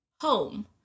Home